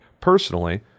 personally